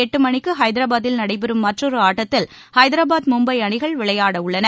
எட்டுமணிக்குஹைதராபாத்தில் நடைபெறும் இரவு மற்றொருஆட்டத்தில் ஹைதராபாத் மும்பைஅணிகள் விளையாடவுள்ளன